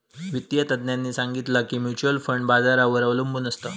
वित्तिय तज्ञांनी सांगितला की म्युच्युअल फंड बाजारावर अबलंबून असता